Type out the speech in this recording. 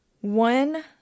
one